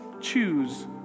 choose